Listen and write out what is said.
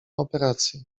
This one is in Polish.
operację